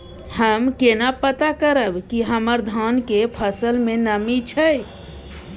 हम केना पता करब की हमर धान के फसल में नमी नय छै?